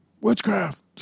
witchcraft